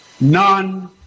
None